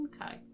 Okay